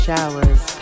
showers